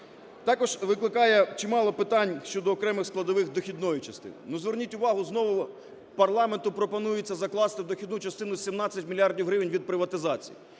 Також викликає чимало питань щодо окремих складових дохідної частини. Ну зверніть увагу, знову парламенту пропонується закласти в дохідну частину 17 мільярдів гривень від приватизації.